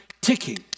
ticking